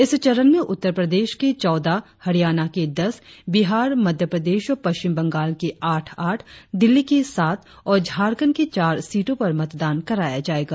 इस चरण में उत्तर प्रदेश की चौदह हरियाणा की दस बिहार मध्य प्रदेश और पश्चिम बंगाल की आठ आठ दिल्ली की सात और झारखंड की चार सीटों पर मतदान कराया जाएगा